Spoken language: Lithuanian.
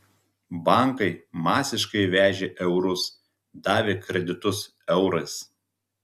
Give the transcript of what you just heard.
bankai masiškai vežė eurus davė kreditus eurais